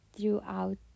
throughout